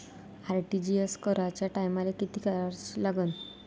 RTGS कराच्या टायमाले किती चार्ज लागन?